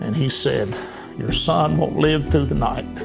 and he said your son won't live through the night.